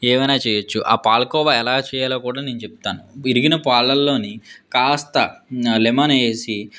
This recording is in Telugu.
ఏవైనా చేయవచ్చు ఆ పాలకోవా ఎలా చెయ్యాలో కూడా నేను చెప్తాను విరిగిన పాలల్లో కాస్త లెమన్ వేసి